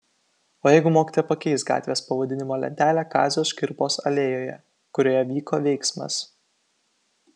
o jeigu mokytoja pakeis gatvės pavadinimo lentelę kazio škirpos alėjoje kurioje vyko veiksmas